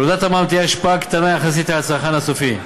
ולהורדת המע"מ תהיה השפעה קטנה יחסית על הצרכן הסופי.